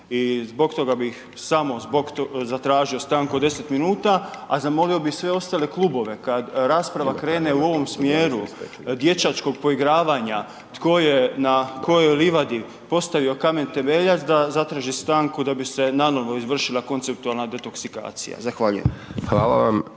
zbog toga zatražio stanku od 10 minuta a zamolio bi sve ostale klubove, kada rasprava krene u ovom smjeru, dječačkog poigravanja, tko je na kojoj livadi, postavio kamen temeljac, da zatraži stanku da bi se nanovo izvršila konceptualna detoksikacija. Zahvaljujem.